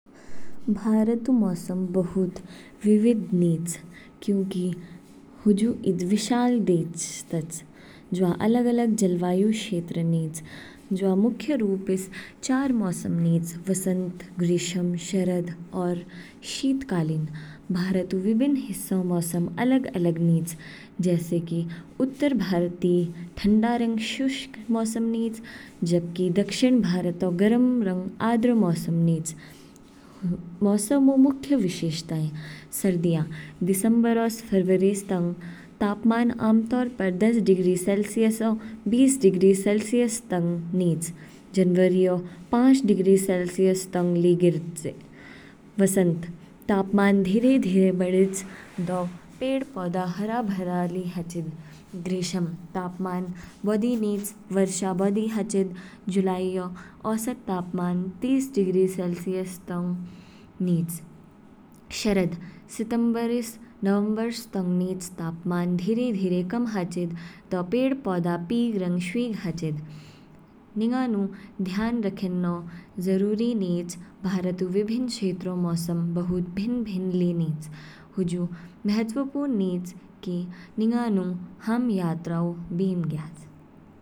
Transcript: भारत ऊ मौसम बहुत विविध निच, क्योंकि हुजु ईद विशाल देश तच। जवा अलग अलग जलवायु क्षेत्र निच, जवा मुख्य रूपस चार मौसम निच। वसंत, ग्रीष्म, शरद, और शीतकालीन। भारत कऊ विभिन्न हिस्सों मौसम अलग अलग निच जैसे कि उत्तरी भारती ठंडा रंग शुष्क मौसम निच, जबकि दक्षिणी भारत गर्म रंग आर्द्र मौसम निच। मौसम ऊ मुख्य विशेषताएं। सर्दियाँ, दिसंबर स फरवरीस तंग तापमान आमतौर पर दस डिग्री सेलसियस ओ बीस डिग्री सेलसियस निच, जनवरीऔ पांच डिग्री सेलसियस तंग ली गिरच। वसंत, तापमान धीरे धीरे बढ़ेच दौ पेड़ पौधे हरेभरे ली हाचिद। ग्रीष्म, तापमान बौधि निच, वर्षा बौधि हाचिद, जुलाईऔ औसत तापमान तीस डिग्री सेलसियस तंग निच। शरद, सितंबर ईस नवंबर तंग निच, तापमान धीरे धीरे कम हाचिद, पेड़ पौधे पीग रंग शवीग हाचिद। निंगानु ध्यान रखेन्नौ जरुरी निच भारत ऊ विभिन्न क्षेत्रों मौसम बहुत भिन्न भिन्न निच, हुजु महत्वपूर्ण निच कि निंगानु हाम यात्रा ऊ बीम ज्ञयाच।